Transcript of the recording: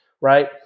right